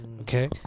okay